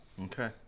Okay